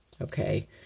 Okay